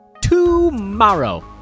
tomorrow